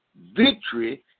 victory